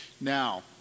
now